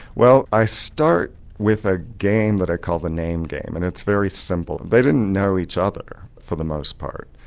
well i start with a game that i call the name game, and it's very simple. they didn't know each other for the most part,